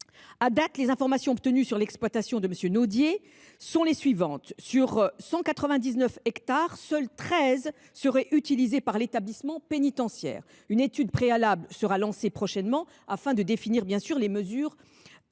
ce jour, les informations obtenues sur l’exploitation de M. Naudier sont les suivantes : sur 199 hectares, seuls 13 seraient utilisés par l’établissement pénitentiaire. Une étude préalable sera lancée prochainement afin de définir les mesures compensatoires.